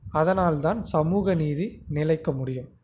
அதனால் தான் சமூக நீதி நிலைக்க முடியும்